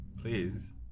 Please